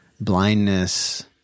blindness